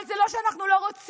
אבל זה לא שאנחנו לא רוצים,